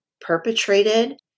perpetrated